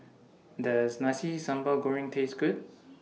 Does Nasi Sambal Goreng Taste Good